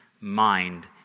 mind